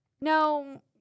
No